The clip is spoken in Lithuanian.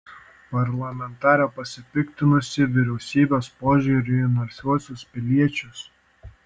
parlamentarė pasipiktinusi vyriausybės požiūriu į narsiuosius piliečius